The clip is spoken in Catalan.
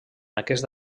aquest